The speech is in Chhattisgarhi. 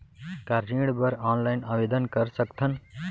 का ऋण बर ऑनलाइन आवेदन कर सकथन?